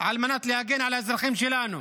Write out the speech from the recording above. על מנת להגן על האזרחים שלנו,